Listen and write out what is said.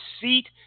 seat